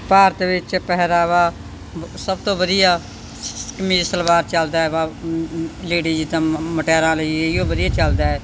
ਭਾਰਤ ਵਿੱਚ ਪਹਿਰਾਵਾ ਵ ਸਭ ਤੋਂ ਵਧੀਆ ਕਮੀਜ਼ ਸਲਵਾਰ ਚੱਲਦਾ ਵਾ ਲੇਡੀਜ ਦਾ ਮੁ ਮੁਟਿਆਰਾਂ ਲਈ ਇਹ ਹੀ ਓ ਵਧੀਆ ਚੱਲਦਾ